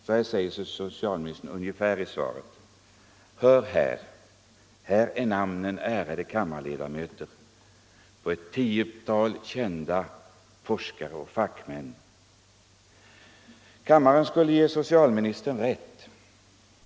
Ungefär så här säger socialministern i svaret: Hör, här är namnen, ärade kammarledamöter, på ett tiotal kända forskare och fackmän. Kammaren skulle ge socialministern rätt.